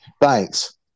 thanks